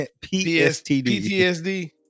PTSD